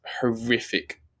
horrific